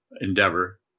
endeavor